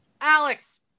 Alex